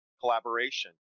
collaboration